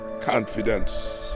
confidence